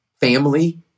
family